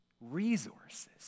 resources